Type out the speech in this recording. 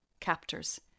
captors